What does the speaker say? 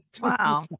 Wow